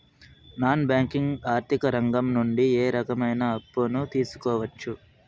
Non banking ఆర్థిక రంగం నుండి ఏ రకమైన అప్పు తీసుకోవచ్చు?